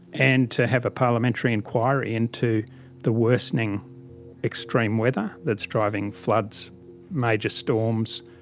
and to have a parliamentary inquiry into the worsening extreme weather that's driving floods major storms,